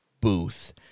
booth